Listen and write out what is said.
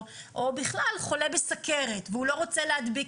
או בכלל חולה בסוכרת והוא לא רוצה להדביק